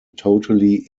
totally